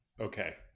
Okay